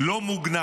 לא מוגנה.